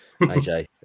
AJ